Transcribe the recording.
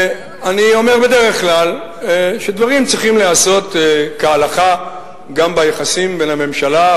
אני אומר בדרך כלל שדברים צריכים להיעשות כהלכה גם ביחסים בין הממשלה,